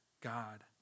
God